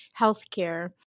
healthcare